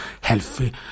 healthy